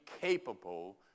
capable